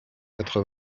quatre